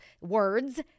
words